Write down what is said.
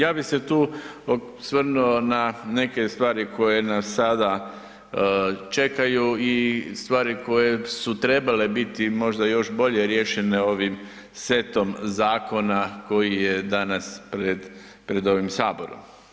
Ja bih se tu osvrnuo na neke stvari koje nas sada čekaju i stvari koje su trebale biti možda još bolje riješene ovim setom zakona koji je danas pred ovim Saborom.